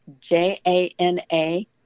J-A-N-A